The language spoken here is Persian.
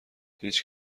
هیچ